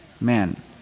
man